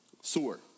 Sewer